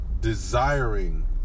desiring